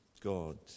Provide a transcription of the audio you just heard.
God